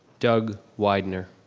doug wydner.